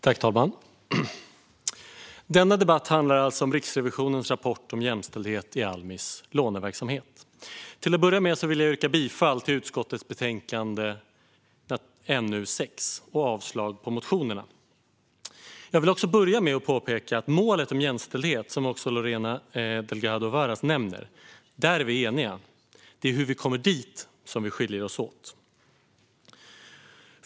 Fru talman! Denna debatt handlar alltså om Riksrevisionens rapport om jämställdhet i Almis låneverksamhet. Till att börja med vill jag yrka bifall till utskottets förslag i betänkande NU6 och avslag på motionerna. Jag vill också inleda med att påpeka att vi är eniga om målet om jämställdhet, som Lorena Delgado Varas också nämnde. Det är synen på hur vi ska komma dit som skiljer oss åt.